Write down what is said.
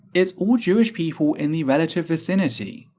it's all jewish people in the relative vicinity.